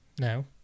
No